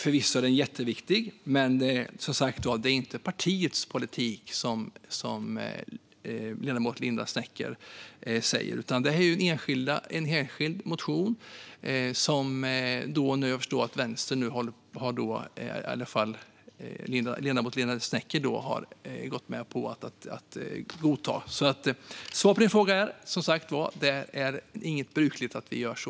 Förvisso är det en jätteviktig motion. Men, som sagt, det är inte partiets politik det handlar om, som ledamoten Linda W Snecker säger, utan detta är en enskild motion. Och jag har förstått att ledamoten Linda W Snecker nu stöder den. Svaret på ledamotens fråga är alltså att det inte är brukligt att vi gör så.